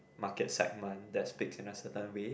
market segment that's speak in a certain way